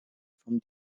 from